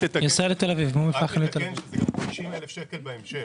זה 50,000 שקל בהמשך.